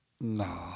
No